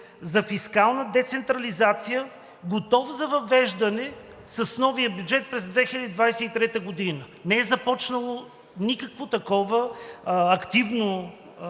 за фискална децентрализация, готов за въвеждане с новия бюджет през 2023 г. Не е започнало никакво такова активно